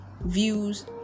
views